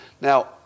Now